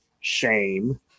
shame